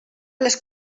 les